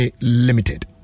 Limited